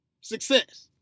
Success